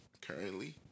currently